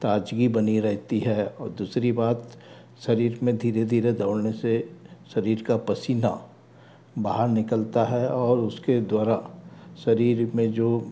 ताजगी बनी रहती है और दूसरी बात शरीर में धीरे धीरे दौड़ने से शरीर का पसीना बाहर निकलता है और उसके द्वारा शरीर में जो